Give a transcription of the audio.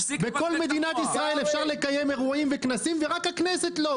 בכל מדינת ישראל אפשר לקיים אירועים וכנסים ורק בכנסת לא,